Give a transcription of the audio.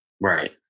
Right